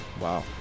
Wow